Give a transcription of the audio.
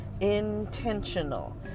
intentional